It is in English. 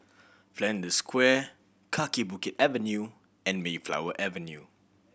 Flanders Square Kaki Bukit Avenue and Mayflower Avenue